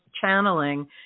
channeling